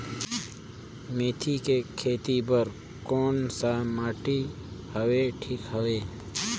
मेथी के खेती बार कोन सा माटी हवे ठीक हवे?